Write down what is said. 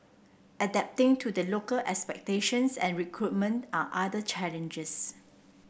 adapting to the local expectations and recruitment are other challenges